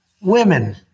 women